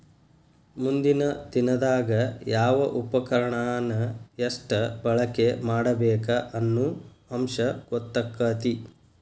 ಮುಂದಿನ ದಿನದಾಗ ಯಾವ ಉಪಕರಣಾನ ಎಷ್ಟ ಬಳಕೆ ಮಾಡಬೇಕ ಅನ್ನು ಅಂಶ ಗೊತ್ತಕ್ಕತಿ